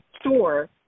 store